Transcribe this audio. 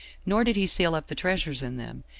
nor did he seal up the treasures in them,